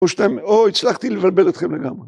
...או הצלחתי לבלבל אתכם לגמרי.